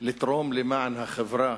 לתרום למען החברה